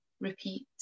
Repeat